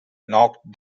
knocked